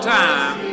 time